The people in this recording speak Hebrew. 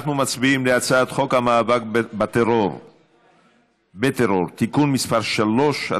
אנחנו מצביעים על הצעת חוק המאבק בטרור (תיקון מס' 3),